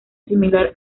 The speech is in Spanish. similar